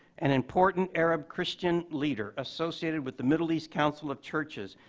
an important arab christian leader associated with the middle east council of churches,